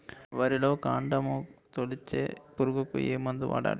వరిలో కాండము తొలిచే పురుగుకు ఏ మందు వాడాలి?